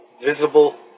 visible